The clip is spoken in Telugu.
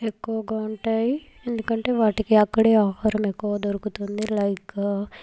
ఎక్కువగా ఉంటాయి ఏందుకంటే వాటికి అక్కడే ఆహరం ఎక్కువ దొరుకుతుంది లైక్